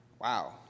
wow